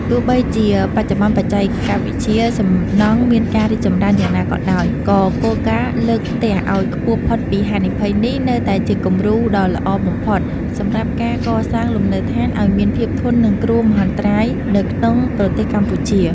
ទោះបីជាបច្ចុប្បន្នបច្ចេកវិទ្យាសំណង់មានការរីកចម្រើនយ៉ាងណាក៏ដោយ ក៏គោលការណ៍លើកផ្ទះឱ្យខ្ពស់ផុតពីហានិភ័យនេះ នៅតែជាគំរូដ៏ល្អបំផុតសម្រាប់ការកសាងលំនៅដ្ឋានឱ្យមានភាពធន់នឹងគ្រោះមហន្តរាយនៅក្នុងប្រទេសកម្ពុជា។